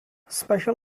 special